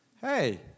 hey